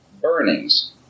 burnings